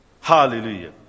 Hallelujah